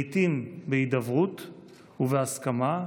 לעיתים בהידברות ובהסכמה,